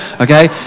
okay